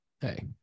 hey